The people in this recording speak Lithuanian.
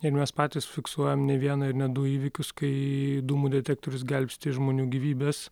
ir mes patys fiksuojam ne vieną ir ne du įvykius kai dūmų detektorius gelbsti žmonių gyvybes